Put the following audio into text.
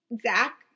Zach